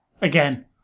again